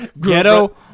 Ghetto